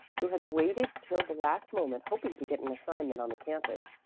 who had waited till the last moment hoping to get an assignment on the campus,